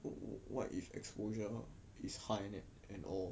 what what if exposure is high and all